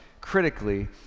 critically